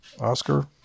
Oscar